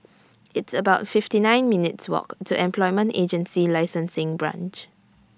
It's about fifty nine minutes' Walk to Employment Agency Licensing Branch